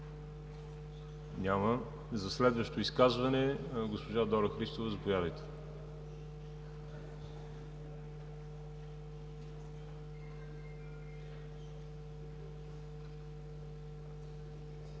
Няма. За следващо изказване – госпожа Дора Христова. Заповядайте.